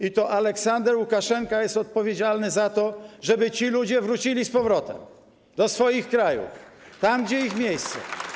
i to Aleksander Łukaszenka jest odpowiedzialny za to, żeby ci ludzie wrócili do swoich krajów, tam gdzie ich miejsce.